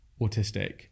autistic